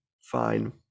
fine